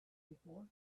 before